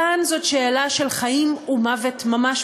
כאן זאת שאלה של חיים ומוות ממש,